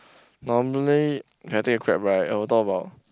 normally I take a Grab right I will talk about